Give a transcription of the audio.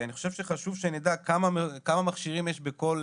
אני חושב שחשוב שנדע כמה מכשירים יש בכל